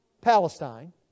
Palestine